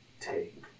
take